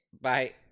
Bye